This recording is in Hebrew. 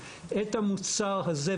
יחד איתי,